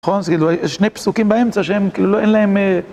... שני פסוקים באמצע שהם כאילו אין להם